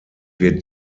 wird